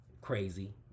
crazy